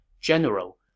General